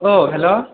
अ हेल'